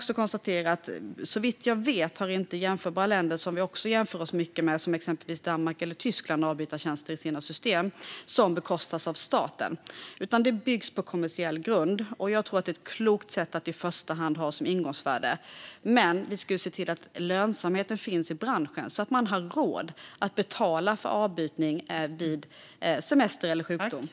Såvitt jag vet har jämförbara länder, såsom Danmark och Tyskland som vi ofta jämför oss med, inga avbytartjänster som bekostas av staten i sina system, utan det byggs på kommersiell grund. Det tror jag är ett klokt sätt att i första hand ha som ingångsvärde. Vi ska dock se till att det finns en lönsamhet i branschen så att man har råd att betala för avbytare vid semester eller sjukdom.